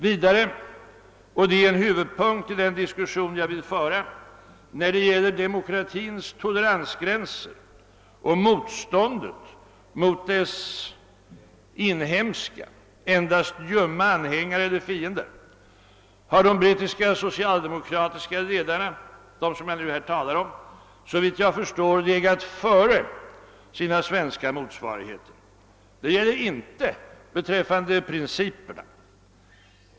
Vidare, och det är en huvudpunkt i den diskussion jag vill föra: när det gäller demokratins toleransgränser och motståndet mot dess inhemska endast ljumma anhängare eller fiender har de brittiska socialdemokratiska ledarna såvitt jag förstår legat före sina svenska motsvarigheter. Det gäller inte beträffande principerna.